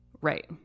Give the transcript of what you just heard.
right